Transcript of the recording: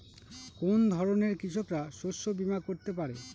কোন ধরনের কৃষকরা শস্য বীমা করতে পারে?